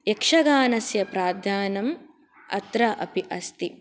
यक्षगानस्य प्राधानम् अत्र अपि अस्ति